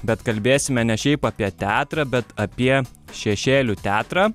bet kalbėsime ne šiaip apie teatrą bet apie šešėlių teatrą